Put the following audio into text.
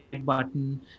button